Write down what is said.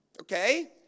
Okay